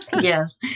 Yes